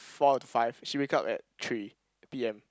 four to five she wake up at three P_M